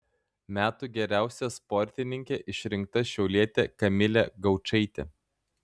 metų geriausia sportininke išrinkta šiaulietė kamilė gaučaitė